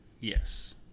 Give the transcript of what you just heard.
yes